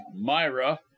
myra